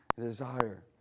desire